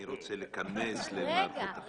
אני רוצה להיכנס למערכת החינוך.